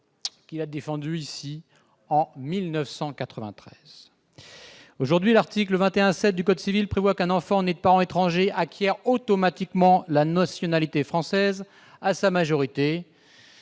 qu'il a défendue ici, en 1993. Aujourd'hui, l'article 21-7 du code civil prévoit qu'un enfant né de parents étrangers acquiert automatiquement la nationalité française à sa majorité